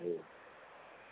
ٹھیک